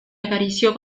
acarició